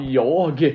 jag